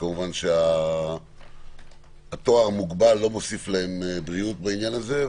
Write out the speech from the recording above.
כמובן שהתואר "מוגבל" לא מוסיף להם בעניין הזה,